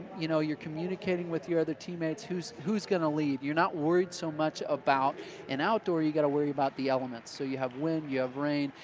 you know you're communicating with your other teammates, who's who's going to lead? you're not worried so much about an outdoor, you've got to worry about the elements, so you have wind, you have rain.